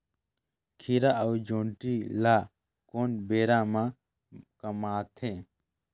खीरा अउ जोंदरी ल कोन बेरा म कमाथे?